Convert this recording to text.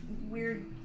weird